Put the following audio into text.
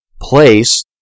place